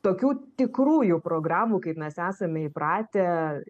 tokių tikrųjų programų kaip mes esame įpratę